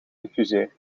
gefuseerd